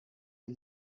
you